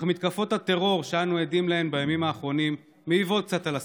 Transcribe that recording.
אך מתקפות הטרור שאנו עדים להן בימים האחרונים מעיבות קצת על השמחה.